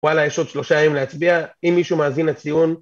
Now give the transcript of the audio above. וואלה, יש עוד שלושה ימים להצביע, אם מישהו מאזין הציון.